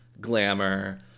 glamour